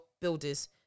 builders